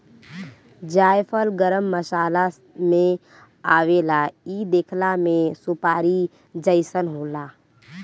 जायफल गरम मसाला में आवेला इ देखला में सुपारी जइसन होला